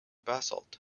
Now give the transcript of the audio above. basalt